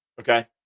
Okay